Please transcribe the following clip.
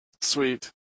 Sweet